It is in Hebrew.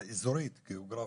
אזורית, גיאוגרפית?